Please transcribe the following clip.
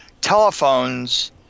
telephones